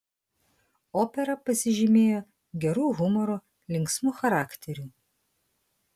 opera pasižymėjo geru humoru linksmu charakteriu